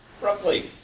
Roughly